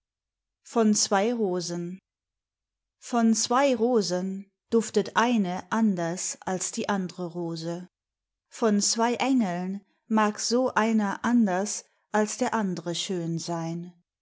von zwei rosen von zwei rosen duftet eine anders als die andre rose von zwei engeln mag so einer anders als der andre schön sein